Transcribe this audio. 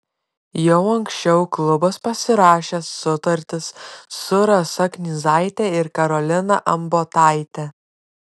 jau anksčiau klubas pasirašė sutartis su rasa knyzaite ir karolina ambotaite